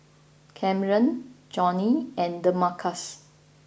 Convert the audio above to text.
Camren Johny and Demarcus